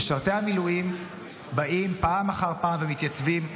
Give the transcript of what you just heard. משרתי המילואים באים פעם אחר פעם ומתייצבים,